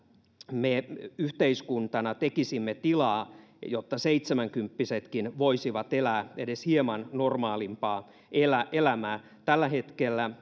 me yhteiskuntana tekisimme tilaa jotta seitsenkymppisetkin voisivat elää edes hieman normaalimpaa elämää elämää tällä hetkellä